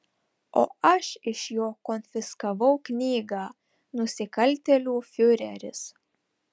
o aš iš jo konfiskavau knygą nusikaltėlių fiureris